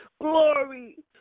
glory